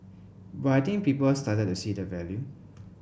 but I think people started to see the value